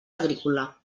agrícola